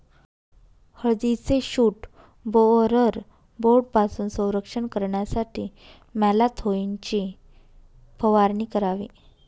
हळदीचे shoot borer बोर्डपासून संरक्षण करण्यासाठी मॅलाथोईनची फवारणी करावी